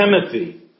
Timothy